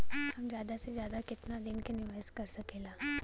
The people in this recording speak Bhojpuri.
हम ज्यदा से ज्यदा केतना दिन के निवेश कर सकिला?